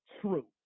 true